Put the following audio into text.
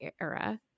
era